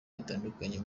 bitandukanye